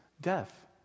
death